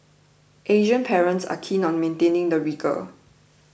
Asian parents are keen on maintaining the rigour